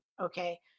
Okay